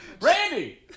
Randy